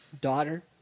daughter